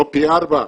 לא פי ארבעה,